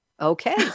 Okay